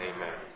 Amen